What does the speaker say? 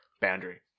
boundary